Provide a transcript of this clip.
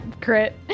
crit